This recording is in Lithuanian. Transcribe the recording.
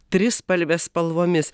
trispalvės spalvomis